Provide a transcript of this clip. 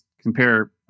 compare